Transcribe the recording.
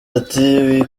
ati